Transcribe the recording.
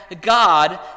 God